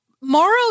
Morrow